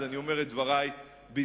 אז אני אומר את דברי בזהירות.